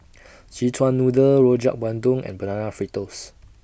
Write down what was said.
Szechuan Noodle Rojak Bandung and Banana Fritters